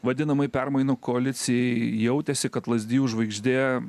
vadinamai permainų koalicijai jautėsi kad lazdijų žvaigždė